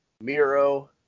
Miro